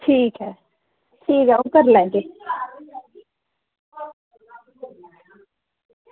ठीक ऐ ठीक ऐ ओह् करी लैगे